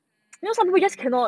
mm